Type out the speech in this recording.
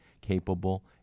capable